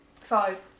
Five